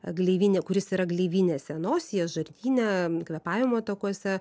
gleivinė kuris yra gleivinėse nosyje žarnyne kvėpavimo takuose